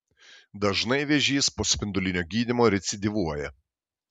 dažnai vėžys po spindulinio gydymo recidyvuoja